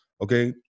okay